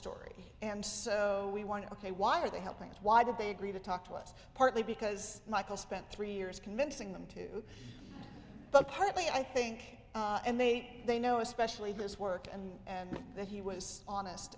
story and so we want to ok why are they helping us why did they agree to talk to us partly because michael spent three years convincing them to vote partly i think and they they know especially this work and and that he was honest